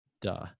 Duh